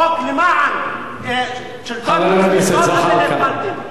חוק למען שלטון, חבר הכנסת זחאלקה, אתם הפלתם.